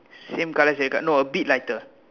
same colour same col~ no a bit lighter